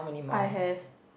I have